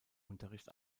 unterricht